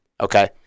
okay